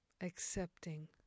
accepting